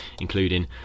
including